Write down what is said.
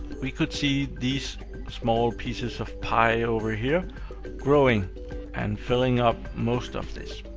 we could see these small pieces of pie over here growing and filling up most of this,